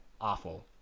awful